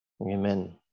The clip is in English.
Amen